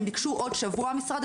הם ביקשו עוד שבוע.